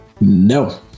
no